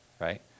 right